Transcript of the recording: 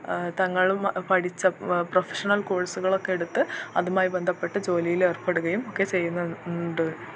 തങ്ങളും പഠിച്ച പ്രൊഫഷണൽ കോഴ്സുകളൊക്കെ എടുത്ത് അതുമായി ബന്ധപ്പെട്ട് ജോലിയിലേർപ്പെടുകയും ഒക്കെ ചെയ്യുന്ന ണ്ട്